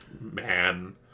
man